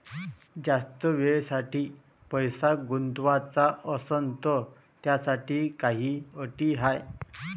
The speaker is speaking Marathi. जास्त वेळेसाठी पैसा गुंतवाचा असनं त त्याच्यासाठी काही अटी हाय?